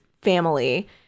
family